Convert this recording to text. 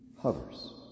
hovers